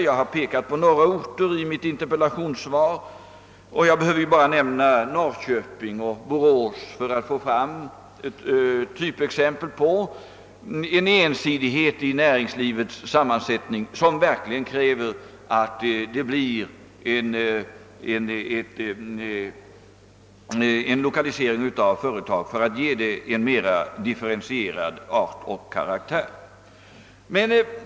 Jag har i mitt interpellationssvar pekat på några sådana orter, och jag behöver här bara nämna Norrköping och Borås som typexempel på en ensidighet i näringslivets sammansättning som kräver att företag lokaliseras till orten för att ge näringslivet en mera differentierad karaktär.